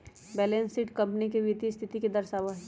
balance sheet company के वित्तीय स्थिति के दर्शावा हई